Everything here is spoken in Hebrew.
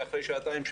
ואחרי שעתיים,